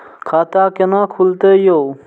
खाता केना खुलतै यो